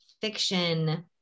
fiction